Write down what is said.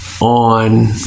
On